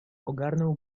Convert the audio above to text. ogarnął